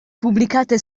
pubblicate